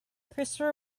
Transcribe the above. christopher